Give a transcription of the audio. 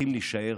אחים נישאר,